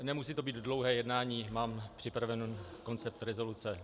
Nemusí to být dlouhé jednání, mám připraven koncept rezoluce.